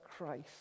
Christ